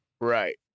right